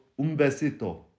umbesito